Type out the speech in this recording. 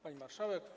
Pani Marszałek!